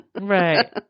Right